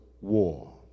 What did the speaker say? war